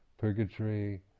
Purgatory